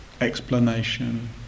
explanation